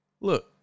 Look